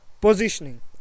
positioning